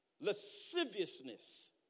lasciviousness